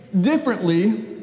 differently